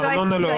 ארנונה, לא.